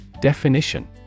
Definition